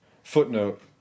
footnote